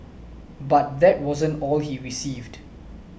but that wasn't all he received